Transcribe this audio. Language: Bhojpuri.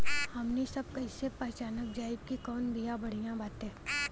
हमनी सभ कईसे पहचानब जाइब की कवन बिया बढ़ियां बाटे?